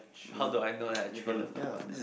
how do I know that I actually love my partner